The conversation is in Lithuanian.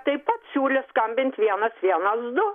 taip pat siūlė skambint vienas vienas du